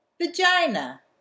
Vagina